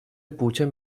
pugen